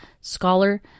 scholar